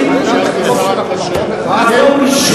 מקום ראשון זה הולכי-רגל.